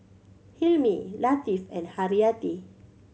Hilmi Latif and Haryati